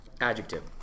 Adjective